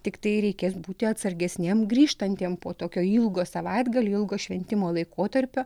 tiktai reikės būti atsargesniem grįžtantiem po tokio ilgo savaitgalio ilgo šventimo laikotarpio